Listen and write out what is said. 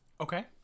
Okay